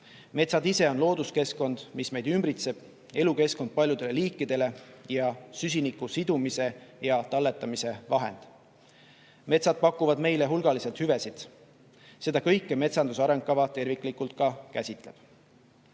Metsad ise on looduskeskkond, mis meid ümbritseb, elukeskkond paljudele liikidele ning süsiniku sidumise ja talletamise vahend. Metsad pakuvad meile hulgaliselt hüvesid. Seda kõike metsanduse arengukava terviklikult ka käsitleb. Teile